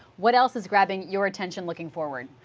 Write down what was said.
what else is grabbing your attention, looking forward?